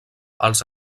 els